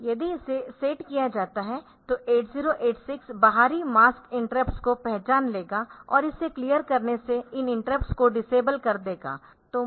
यदि इसे सेट किया जाता है तो 8086 बाहरी मास्क इंटरप्टस को पहचान लेगा और इसे क्लियर करने से इन इंटरप्टस को डिसेबल कर देगा